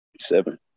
Seven